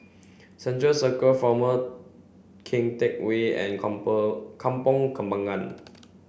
Central Circus Former Keng Teck Whay and Kampong Kampong Kembangan